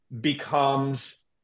becomes